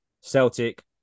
Celtic